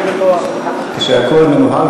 שהכול מנוהל,